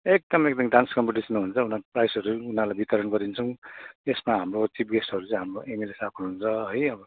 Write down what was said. एकदम एकदम dance competition हुन्छ उनीहरूको प्राइजहरू उनीहरूलाई वितरण गरिदिन्छौँ यसमा हाम्रो चिफ गेस्टहरू चाहिँ हाम्रो एमएलए सहाबहरू हुन्छ है अब